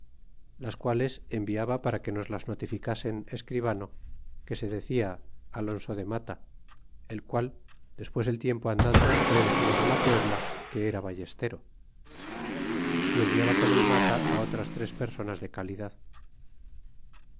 las quales enviaba para que nos las notificasen escribano que se decia alonso de mata el qual despues el tiempo andando fa vecino de la puebla que era ballestero é enviaba con el mata á otras tres personas de calidad e